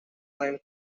lime